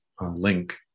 link